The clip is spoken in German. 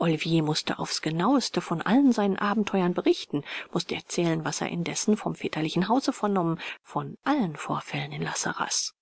olivier mußte aufs genaueste von allen seinen abenteuern berichten mußte erzählen was er indessen vom väterlichen hause vernommen von allen vorfällen in la sarraz